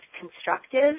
constructive